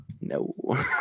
no